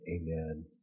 amen